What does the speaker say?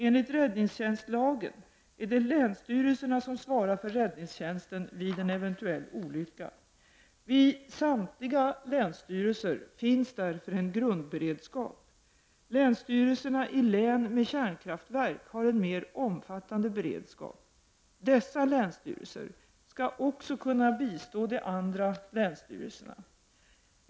Enligt räddningstjänstlagen är det länsstyrelserna som svarar för räddningstjänsten vid en eventuell olycka. Vid samtliga länsstyrelser finns därför en grundberedskap. Länsstyrelserna i län med kärnkraftverk har mer omfattande beredskap. Dessa länsstyrelser skall också kunna bistå de andra länsstyrelserna.